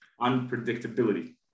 unpredictability